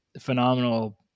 phenomenal